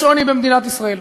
יש עוני במדינת ישראל,